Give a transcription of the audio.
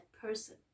person